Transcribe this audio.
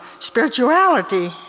spirituality